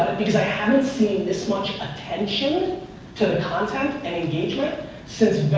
because i haven't seen this much attention to content and engagement since